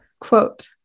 quote